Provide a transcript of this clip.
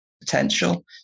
potential